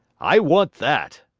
i want that!